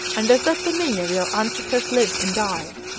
under that dominion your ancestors lived and died.